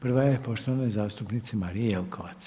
Prva je poštovane zastupnice Marije Jelkovac.